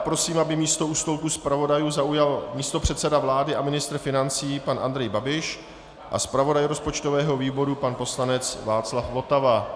Prosím, aby místo u stolku zpravodajů zaujal místopředseda vlády a ministr financí pan Andrej Babiš a zpravodaj rozpočtového výboru pan poslanec Václav Votava.